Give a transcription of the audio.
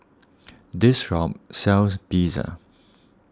this shop sells Pizza